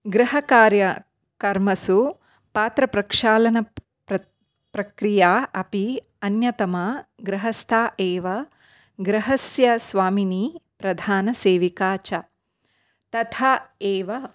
गृहकार्यकर्मसु पात्रप्रक्षालन प्रक् प्रक्रिया अपि अन्यतमः गृहस्था एव गृहस्य स्वामिनी प्रधानसेविका च तथा एव